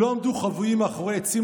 לא עמדו חבויים מאחורי עצים,